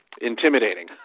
intimidating